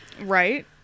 Right